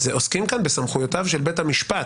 עוסקים כאן בסמכויותיו של בית המשפט.